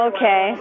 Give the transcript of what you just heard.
Okay